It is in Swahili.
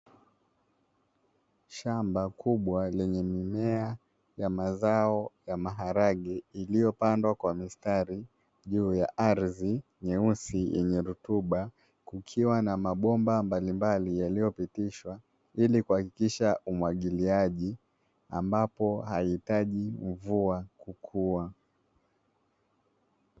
Shamba kubwa lenye mimea ya mazazo ya maharage iliyopandwa kwa mistari juu ya ardhi nyeusi yenye rutuba, kukiwa na mabomba mbalimbali yaliyopitishwa ili kuhakikisha umwagiliaji ambapo haihitaji mvua kukua.